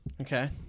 Okay